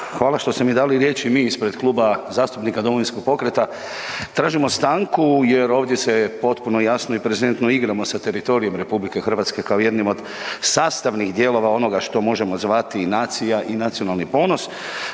Hvala što ste mi dali riječ i mi ispred Kluba zastupnika Domovinskog pokreta tražimo stanku jer ovdje se potpuno jasno i prezentno igramo sa teritorijem RH kao jednim od sastavnih dijelova onoga što možemo zvati nacija i nacionalni ponos.